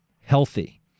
healthy